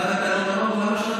אחת הטענות, אמרנו: למה שנתיים?